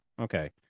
okay